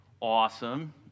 Awesome